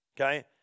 Okay